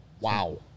Wow